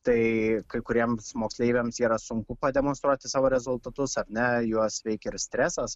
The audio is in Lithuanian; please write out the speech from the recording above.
tai kai kuriems moksleiviams yra sunku pademonstruoti savo rezultatus ar ne juos veikia ir stresas